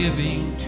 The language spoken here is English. Giving